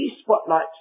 spotlight